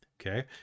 okay